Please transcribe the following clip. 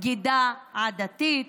בגידה עדתית,